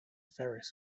ferris